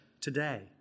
today